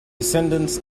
descendants